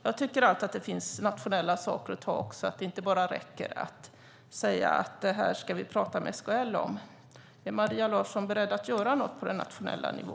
Jag tycker att det finns nationella saker att göra och att det inte räcker med att säga att vi ska prata med SKL om detta. Är Maria Larsson beredd att göra något på nationell nivå?